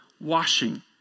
washing